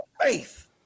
faith